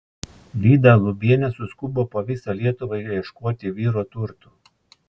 lyda lubienė suskubo po visą lietuvą ieškoti vyro turtų